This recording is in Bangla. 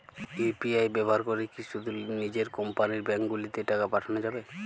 ইউ.পি.আই ব্যবহার করে কি শুধু নিজের কোম্পানীর ব্যাংকগুলিতেই টাকা পাঠানো যাবে?